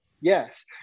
Yes